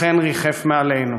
אכן ריחף מעלינו.